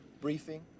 briefing